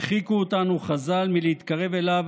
הרחיקו אותנו חז"ל מלהתקרב אליו,